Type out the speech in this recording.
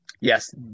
Yes